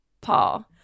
Paul